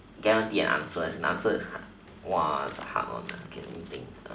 guarantee an answer as the answer is hard is a hard one okay let me think